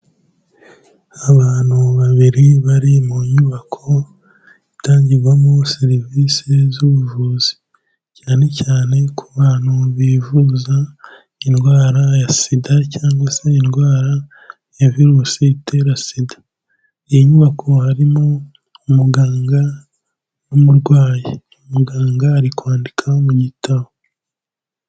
Abantu babiri bari mu nyubako itangirwamo serivise z'ubuvuzi, cyane cyane ku bantu bivuza indwara ya SIDA cyangwa se indwara ya virusi itera SIDA, iyi nyubako harimo umuganga n'umurwayi, umuganga ari kwandika mu gitabo.